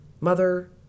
mother